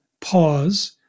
pause